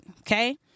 okay